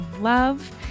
love